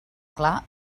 clar